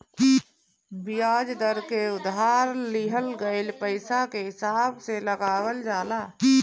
बियाज दर के उधार लिहल गईल पईसा के हिसाब से लगावल जाला